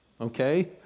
Okay